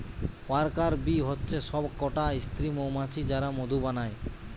worker bee হচ্ছে সব কটা স্ত্রী মৌমাছি যারা মধু বানায়